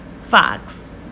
Fox